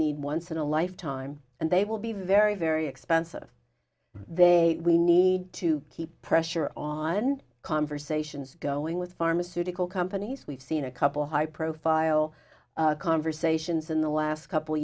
need once in a lifetime and they will be very very expensive and they we need to keep pressure on conversations going with pharmaceutical companies we've seen a couple high profile conversations in the last couple